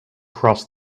cross